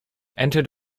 entered